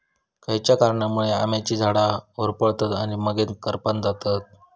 खयच्या कारणांमुळे आम्याची झाडा होरपळतत आणि मगेन करपान जातत?